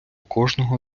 кожного